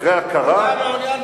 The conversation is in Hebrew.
אחרי הכרה,